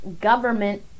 government